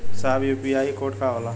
साहब इ UPI code का होला?